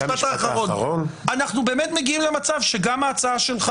אנחנו באמת מגיעים למצב שגם ההצעה שלך